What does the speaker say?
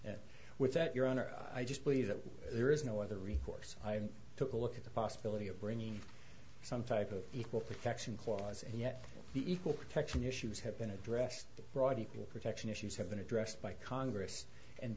and with that your honor i just believe that there is no other recourse i took a look at the possibility of bringing some type of equal protection clause and yet the equal protection issues have been addressed broad equal protection issues have been addressed by congress and